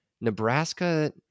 Nebraska